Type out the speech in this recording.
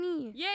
Yay